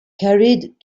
carried